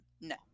no